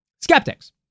Skeptics